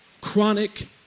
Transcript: Chronic